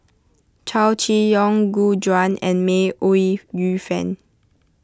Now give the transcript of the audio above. Chow Chee Yong Gu Juan and May Ooi Yu Fen